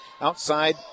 outside